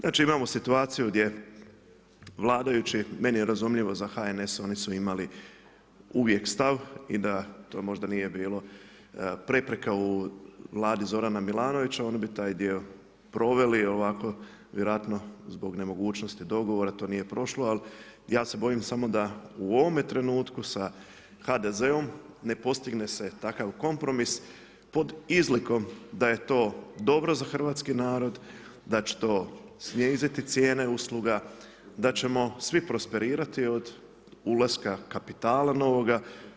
Znači imamo situaciju, gdje vladajući, meni je razumljivo, za HNS oni su imali uvijek stav i da to možda nije bilo prepreka u Vladi Zorana Milanovića, oni bi taj dio proveli, ovako vjerojatno zbog nemogućnosti dogovora to nije prošlo, ali ja se bojim samo da u ovome trenutku sa HDZ-om ne postigne se takav kompromis pod izlikom da je to dobro za hrvatski narod, da će to sniziti cijene usluga, da ćemo svi prosperirati od ulaska kapitala novoga.